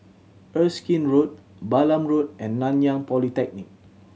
Erskine Road Balam Road and Nanyang Polytechnic